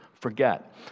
forget